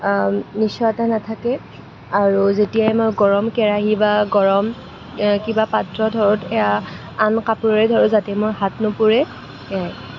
নিশ্চয়তা নাথাকে আৰু যেতিয়াই মই গৰম কেৰাহী বা গৰম কিবা পাত্ৰ হওক এয়া আন কাপোৰেৰে ধৰোঁ যাতে মোৰ হাত নুপুৰে সেয়াই